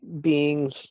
beings